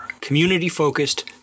community-focused